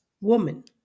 woman